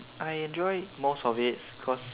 I enjoyed most of it cause